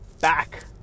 back